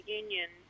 union